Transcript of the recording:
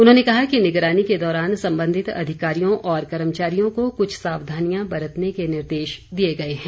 उन्होंने कहा कि निगरानी के दौरान संबंधित अधिकारियों और कर्मचारियों को कुछ सावधानियां बरतने के निर्देश दिए गए हैं